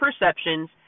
perceptions